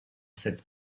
cette